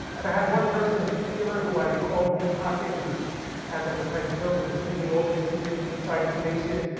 and i had one person in particular, who i called deep pocket, who as like a kind of joke, and was giving me all this secret inside information.